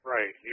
Right